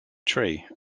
tree